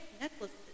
necklaces